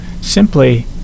simply